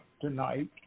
tonight